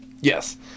Yes